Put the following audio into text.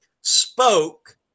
spoke